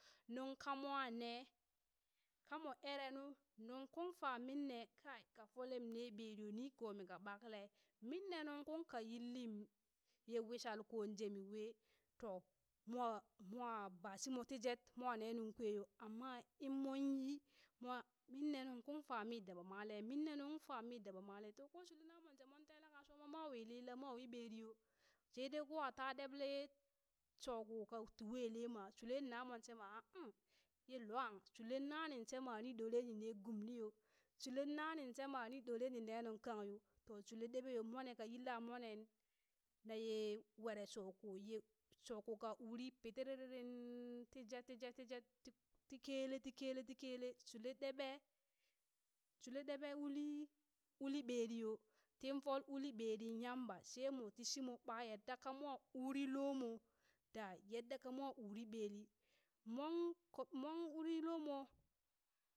Nuŋ kamwa ne kamo erenu nuŋ kung fa minne kai ka folem ne ɓeri yo nigomi ka ɓakle, minne nuŋ kung ka yillim ye wushal kon jemi we to mwa mwa bashimo ti jet mwa ne nuŋ kwe yo, amma in mon yi mwa minne nuŋ uŋ fa mi daba male min ne nuŋ uŋ fa, to ko shulen namon she mon tele kasuwa ma mwa wilin la mwa wi ɓeriyo she dai ko ata ɗeɓle ye shoko kati wele shulen namon she ma um ye luang shulen nanin shema ni ɗore nine gumliyo shulen nanin shema ni ɗore nine nunkang yo to shule ɗeɓe yo mone ka yillan mwane naye were shoko, ye shoko ka uri pitiririring tijet tijet tijet t- ti kele kele ti kele shule ɗeɓe shule ɗeɓe uli uli ɓeri yo tin fol uli ɓerin yamba she mo ti shimo ɓa yadda kamo uri lomo da yadda kamo uli ɓeri mon ko mon uri lomo